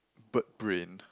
bird brain